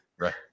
Right